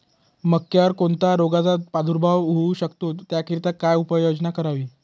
मक्यावर कोणत्या रोगाचा प्रादुर्भाव होऊ शकतो? त्याकरिता काय उपाययोजना करावी?